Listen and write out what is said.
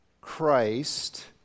Christ